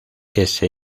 ese